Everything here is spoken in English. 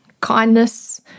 kindness